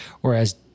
whereas